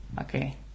Okay